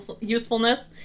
usefulness